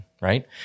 right